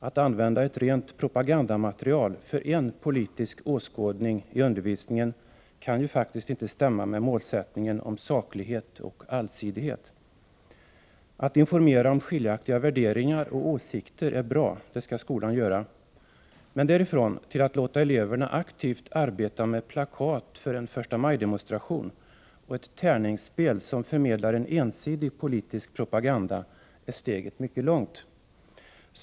Att använda ett rent propagandamaterial för en politisk åskådning i undervisningen kan faktiskt inte stämma överens med målsättningen om saklighet och allsidighet. Att informera om skiljaktiga värderingar och åsikter är bra. Det skall skolan göra. Men därifrån till att låta eleverna aktivt arbeta med plakat för en förstamajdemonstration och ett tärningsspel som förmedlar en ensidig politisk propaganda är steget mycket långt.